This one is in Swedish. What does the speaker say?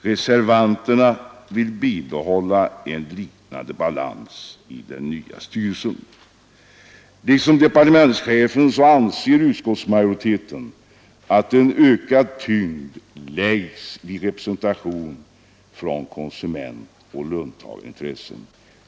Reservanterna vill behålla en liknande balans i den nya styrelsen. Liksom departementschefen anser utskottsmajoriteten att en ökad tyngd bör läggas på representationen av konsumentoch löntagarintressen.